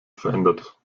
verändert